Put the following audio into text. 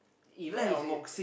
even if it